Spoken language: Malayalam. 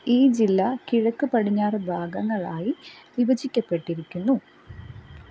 ഈ ജില്ല കിഴക്ക് പടിഞ്ഞാറ് ഭാഗങ്ങളായി വിഭജിക്കപ്പെട്ടിരിക്കുന്നു